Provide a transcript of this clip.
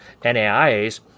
NAIAs